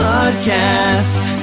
Podcast